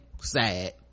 sad